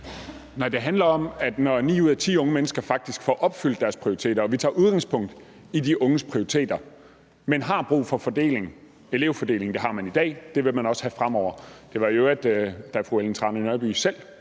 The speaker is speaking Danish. Nej, det handler om, at ni ud af ti unge mennesker faktisk får opfyldt deres prioriteter. Vi tager udgangspunkt i de unges prioriteter, men vi har brug for elevfordeling – det har man i dag, og det vil man også have fremover. Det var i øvrigt, da fru Ellen Trane Nørby selv